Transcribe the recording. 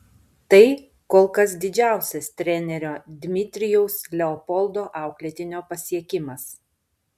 tai kol kas didžiausias trenerio dmitrijaus leopoldo auklėtinio pasiekimas